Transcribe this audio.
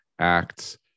Acts